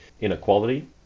inequality